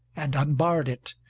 and unbarred it,